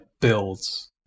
builds